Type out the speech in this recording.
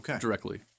directly